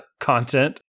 content